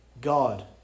God